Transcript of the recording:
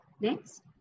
Next